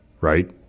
right